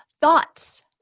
Thoughts